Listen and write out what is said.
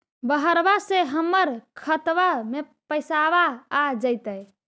बहरबा से हमर खातबा में पैसाबा आ जैतय?